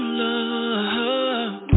love